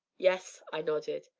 yes, i nodded.